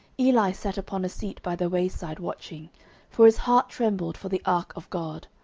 eli sat upon a seat by the wayside watching for his heart trembled for the ark of god.